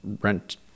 rent